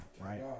right